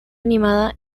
animada